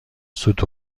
سوت